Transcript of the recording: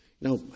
now